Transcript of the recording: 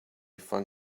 fun